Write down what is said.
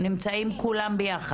נמצאים כולם,